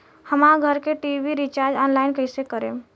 हमार घर के टी.वी रीचार्ज ऑनलाइन कैसे करेम?